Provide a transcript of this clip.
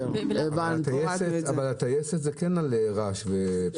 אבל הטייסת כן לרעש ולפסולת.